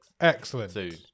excellent